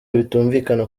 bitumvikana